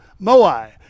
Moai